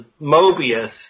Mobius